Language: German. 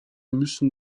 müssen